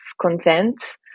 content